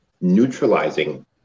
neutralizing